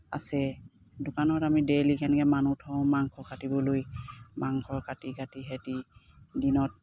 আছে দোকানত আমি ডেইলি এনেকৈ মানুহ থওঁ মাংস কাটিবলৈ মাংসৰ কাটি কাটি সিহঁতি দিনত